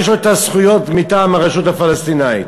יש לו הזכויות מטעם הרשות הפלסטינית.